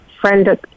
friend